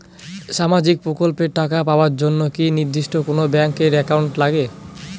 সামাজিক প্রকল্পের টাকা পাবার জন্যে কি নির্দিষ্ট কোনো ব্যাংক এর একাউন্ট লাগে?